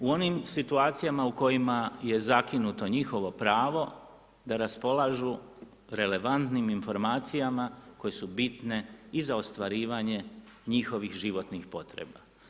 U onim situacijama u kojima je zakinuto njihovo pravo da raspolažu relevantnim informacijama koje su bitne i za ostvarivanje njihovih životnih potreba.